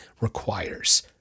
requires